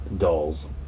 dolls